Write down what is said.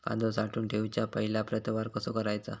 कांदो साठवून ठेवुच्या पहिला प्रतवार कसो करायचा?